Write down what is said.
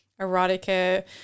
erotica